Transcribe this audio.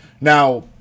Now